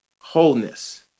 wholeness